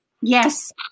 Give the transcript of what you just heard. Yes